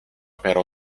però